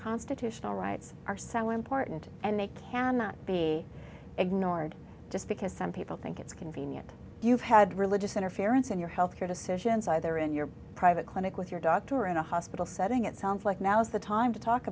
constitutional rights are so important and they cannot be ignored just because some people think it's convenient you've had religious interference in your health care decisions either in your private clinic with your doctor or in a hospital setting it sounds like now is the time to talk